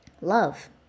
love